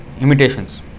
imitations